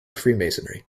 freemasonry